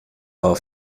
war